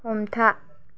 हमथा